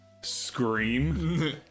scream